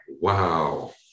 Wow